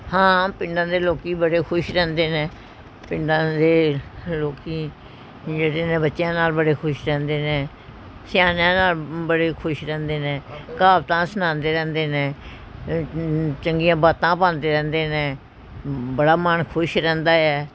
ਹਾਂ ਪਿੰਡਾਂ ਦੇ ਲੋਕ ਬੜੇ ਖੁਸ਼ ਰਹਿੰਦੇ ਨੇ ਪਿੰਡਾਂ ਦੇ ਲੋਕ ਜਿਹੜੇ ਨੇ ਬੱਚਿਆਂ ਨਾਲ ਬੜੇ ਖੁਸ਼ ਰਹਿੰਦੇ ਨੇ ਸਿਆਣਿਆਂ ਨਾਲ ਬੜੇ ਖੁਸ਼ ਰਹਿੰਦੇ ਨੇ ਕਹਾਵਤਾਂ ਸੁਣਾਉਂਦੇ ਰਹਿੰਦੇ ਨੇ ਚੰਗੀਆਂ ਬਾਤਾਂ ਪਾਉਂਦੇ ਰਹਿੰਦੇ ਨੇ ਬੜਾ ਮਨ ਖੁਸ਼ ਰਹਿੰਦਾ ਹੈ